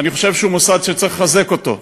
אני חושב שהוא מוסד שצריך לחזק אותו,